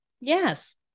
Yes